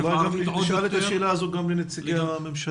אולי נשאל את השאלה הזו גם את נציגי הממשלה,